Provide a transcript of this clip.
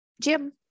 Jim